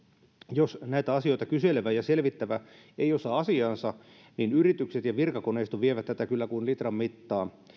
jos näitä asioita kyselevä ja selvittävä ei osaa asiaansa niin yritykset ja virkakoneisto vievät tätä kyllä kuin litran mittaa